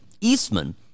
Eastman